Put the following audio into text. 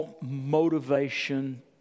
motivation